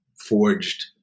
forged